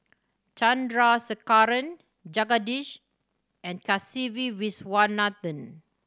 Chandrasekaran Jagadish and Kasiviswanathan